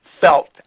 felt